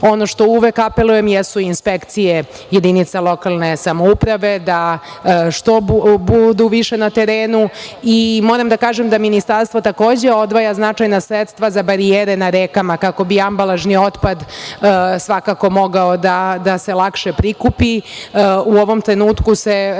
što uvek apelujem jesu inspekcije jedinica lokalne samouprave da što budu više na terenu i moram da kažem da ministarstvo takođe odvaja značajna sredstva za barijere na rekama kako bi ambalažni otpad svakako mogao da se lakše prikupi u ovom trenutku se kreće,